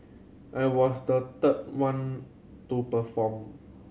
I was the third one to perform